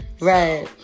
right